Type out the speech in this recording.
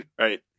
Right